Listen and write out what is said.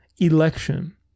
election